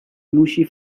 موشی